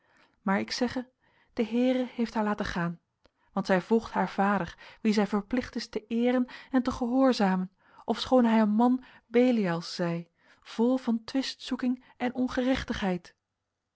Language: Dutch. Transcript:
maar ik zegge de heere beeft haar laten gaen want zij volgt haar vader wien zij verplicht is te eeren en te gehoorzamen ofschoon hij een man belials zij vol van twistzoeking en